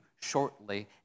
shortly